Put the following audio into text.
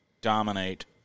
Dominate